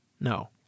No